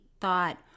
thought